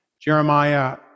Jeremiah